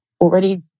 already